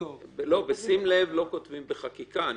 "בשים לב" לא כותבים בחקיקה.